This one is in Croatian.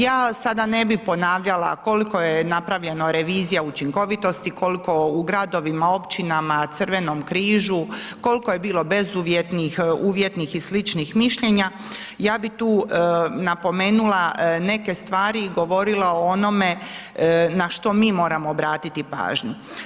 Ja sada ne bi ponavljala koliko je napravljeno revizija učinkovitosti, koliko u gradovima, općinama, Crvenom križu, kolko je bilo bezuvjetnih, uvjetnih i sličnih mišljenja, ja bih tu napomenula neke stvari i govorila o onome na što mi moramo obratiti pažnju.